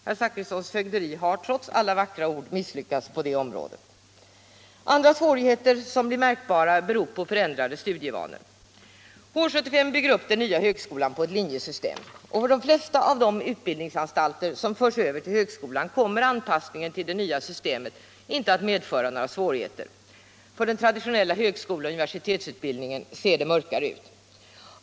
Herr Zachrissons fögderi har trots alla vackra ord misslyckats på detta område. Andra svårigheter som blir märkbara beror på förändrade studievanor. H 75 bygger upp den nya högskolan på ett linjesystem. För de flesta av de utbildningsanstalter som nu förs över till högskolan kommer anpassningen till det nya systemet inte att medföra några svårigheter. För den traditionetla högskoleoch universitetsutbildningen ser det mörkare ut.